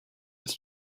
its